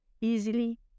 easily